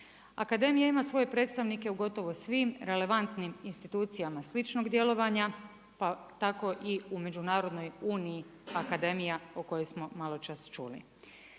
Akademija ima svoje predstavnike u gotovo svim relevantnim institucijama sličnog djelovanja pa tako i u Međunarodnoj uniji akademija o kojoj smo malo čas čuli.